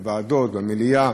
בוועדות, במליאה,